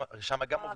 שם גם עובדים.